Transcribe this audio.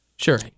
Sure